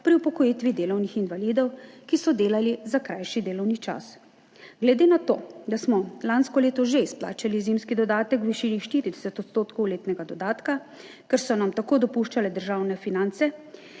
pri upokojitvi delovnih invalidov, ki so delali za krajši delovni čas. Glede na to, da smo lansko leto že izplačali zimski dodatek v višini 40 % letnega dodatka, ker so nam tako dopuščale državne finance,